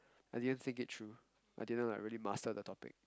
I didn't think it through I didn't like really master the topic